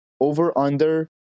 Over-under